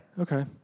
Okay